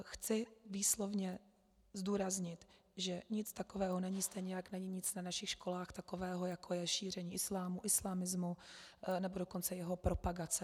Chci výslovně zdůraznit, že nic takového není, stejně jako není nic takového na našich školách, jako je šíření islámu, islamismu, nebo dokonce jeho propagace.